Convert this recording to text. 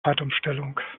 zeitumstellung